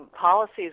policies